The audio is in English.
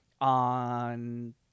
on